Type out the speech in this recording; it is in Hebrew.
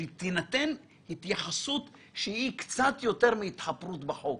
שתינתן התייחסות שהיא קצת יותר מהתחפרות בחוק.